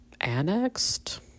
annexed